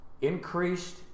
increased